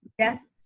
yes.